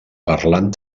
parlant